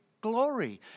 glory